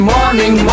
Morning